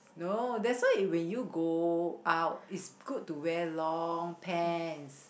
no that's why when you go out it's good to wear long pants